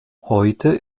heute